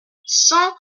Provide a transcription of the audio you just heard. cent